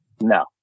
No